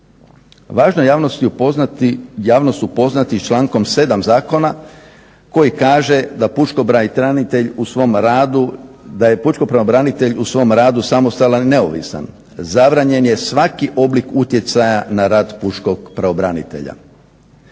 Važno je javnost upoznati s člankom 7.zakona koji kaže da pučki pravobranitelj u svom radu samostalan i neovisan, zabranjen je svaki oblik utjecaja na rad pučkog pravobranitelja.